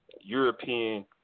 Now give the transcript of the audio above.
European